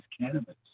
cannabis